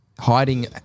Hiding